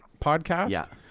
podcast